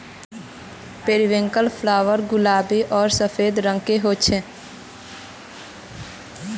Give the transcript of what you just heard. periwinkle flower गुलाबी आर सफ़ेद रंगेर होचे